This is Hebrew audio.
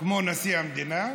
כמו נשיא המדינה,